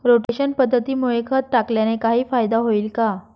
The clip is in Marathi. रोटेशन पद्धतीमुळे खत टाकल्याने काही फायदा होईल का?